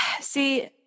see